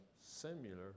similar